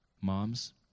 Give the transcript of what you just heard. Moms